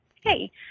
Hey